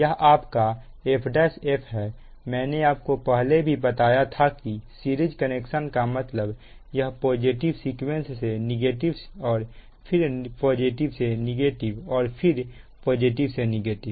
यह आपका F1 F है मैंने आपको पहले भी बताया था की सीरीज कनेक्शन का मतलब यह पॉजिटिव सीक्वेंस से नेगेटिव और फिर पॉजिटिव से नेगेटिव और फिर पॉजिटिव से नेगेटिव